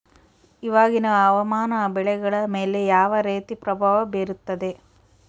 ಇವಾಗಿನ ಹವಾಮಾನ ಬೆಳೆಗಳ ಮೇಲೆ ಯಾವ ರೇತಿ ಪ್ರಭಾವ ಬೇರುತ್ತದೆ?